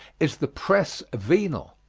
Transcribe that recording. is the press venal?